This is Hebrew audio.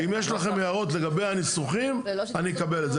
הנוסח --- אם יש לכם הערות לגבי הניסוחים אני אקבל את זה.